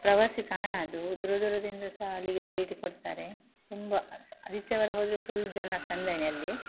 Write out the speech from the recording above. ಪ್ರವಾಸಿ ತಾಣ ಅದು ದೂರ ದೂರದಿಂದ ಸಹ ಅಲ್ಲಿಗೆ ಭೇಟಿ ಕೊಡ್ತಾರೆ ತುಂಬ ಆದಿತ್ಯವಾರ ಹೋದರೆ ಫುಲ್ ಜನ ಸಂದಣಿ ಅಲ್ಲಿ